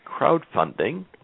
crowdfunding